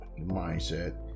mindset